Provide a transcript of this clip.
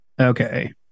Okay